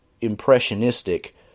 impressionistic